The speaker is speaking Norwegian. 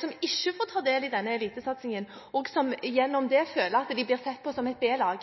som ikke får ta del i denne elitesatsingen, og som gjennom det føler at de blir sett på som et